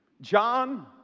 John